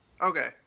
Okay